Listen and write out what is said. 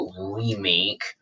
remake